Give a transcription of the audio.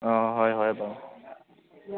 অ হয় হয় বাৰু